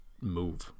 move